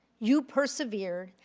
you persevered,